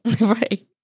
Right